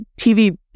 TV